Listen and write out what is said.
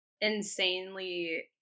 insanely